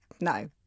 No